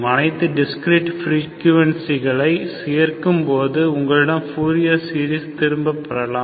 அனைத்து டிஸ்கிரீட் ஃப்பிரிகுவேன்சிகளை சேர்க்கும் போது உங்களிடம் பூரியர் சீரிசை திரும்ப பெறலாம்